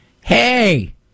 hey